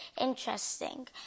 interesting